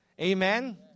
Amen